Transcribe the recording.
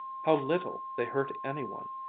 how little they hurt any one!